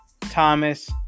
Thomas